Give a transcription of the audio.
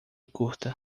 curta